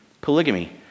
polygamy